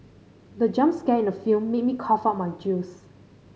the jump scare in the film made me cough out my juice